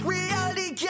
Reality